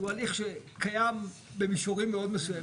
הליך שקיים במישורים מאוד מסוימים,